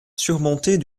surmontée